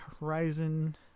horizon